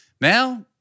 Now –